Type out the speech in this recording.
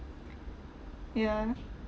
yeah